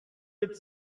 with